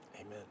amen